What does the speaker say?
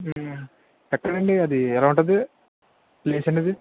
ఎక్కడండడి అది ఎలా ఉంటుంది ప్లేస్ అనేది